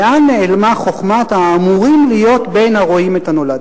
לאן נעלמה חוכמת האמורים להיות בין הרואים את הנולד?